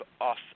off